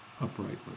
uprightly